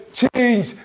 change